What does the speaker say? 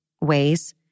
ways